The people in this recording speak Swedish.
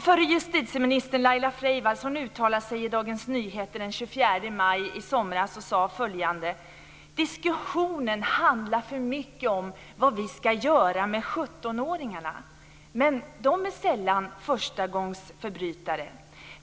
Förre justitieministern Laila Freivalds uttalade sig i Dagens Nyheter den 24 maj i somras och sa följande: "Diskussionen handlar för mycket om vad vi ska göra med 17-åringarna, men de är sällan förstagångsförbrytare.